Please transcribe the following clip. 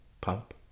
pump